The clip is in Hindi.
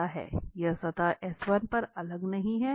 यह सतह पर अलग नहीं है